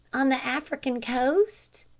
on the african coast?